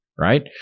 right